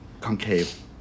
concave